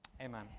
Amen